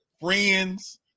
friends